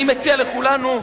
אני מציע לכולנו: